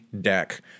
deck